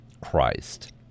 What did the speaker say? Christ